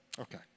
Okay